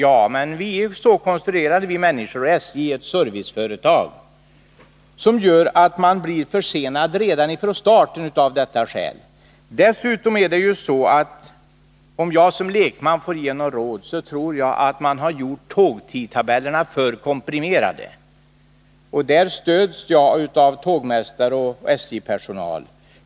Men vi människor är ju så konstruerade att vi tror att vi skall hinna, och SJ är ju ett serviceföretag. De här problemen gör att man blir försenad redan från starten. Om jag som lekman får göra en kommentar, skulle jag vilja säga att jag tror att man gjort tågtidtabellerna alltför komprimerade. I det fallet stöds jag av tågmästare och annan SJ-personal.